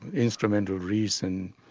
instrument of reason,